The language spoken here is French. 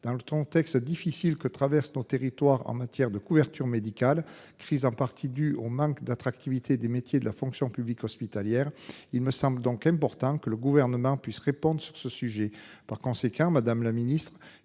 dans le ton texte difficile que traverse nos territoires en matière de couverture médicale crise en partie dû au manque d'attractivité des métiers de la fonction publique hospitalière. Il me semble donc important que le gouvernement puisse répondre sur ce sujet. Par conséquent, Madame la Ministre,